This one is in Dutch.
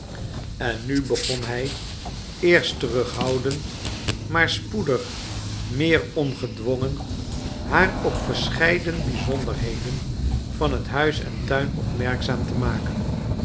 en nu begon hij eerst terughoudend maar spoedig meer ongedwongen haar op verscheiden bizonderheden van huis en tuin opmerkzaam te maken